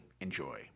Enjoy